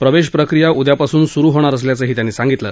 प्रवेशप्रक्रिया उद्यापासून सुरु होणार असल्याचंही त्यांनी सांगितलं